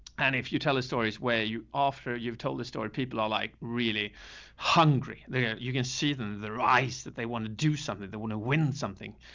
and if you tell a stories where you, after you've told the story, people are like really hungry there. you can see them their ice that they want to do something, they want to win something.